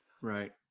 Right